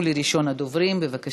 4552, 4597,